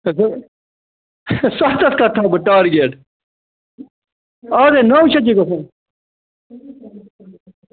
سَتھ ہَتھ کَتھ تھاوٕ بہٕ ٹارگیٹ آز ہَے نَو شَتھ چھِ گژھان